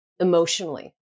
emotionally